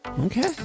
Okay